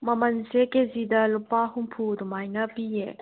ꯃꯃꯟꯁꯦ ꯀꯦꯖꯤꯗ ꯂꯨꯄꯥ ꯍꯨꯝꯐꯨ ꯑꯗꯨꯃꯥꯏꯅ ꯄꯤꯑꯦ